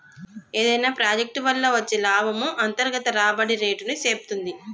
ఏదైనా ప్రాజెక్ట్ వల్ల వచ్చే లాభము అంతర్గత రాబడి రేటుని సేప్తుంది